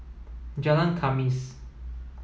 Jalan Khamis